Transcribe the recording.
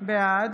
בעד